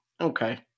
Okay